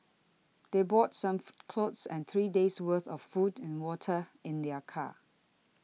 they brought some clothes and three days' worth of food and water in their car